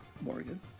Morgan